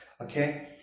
Okay